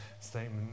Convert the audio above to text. statement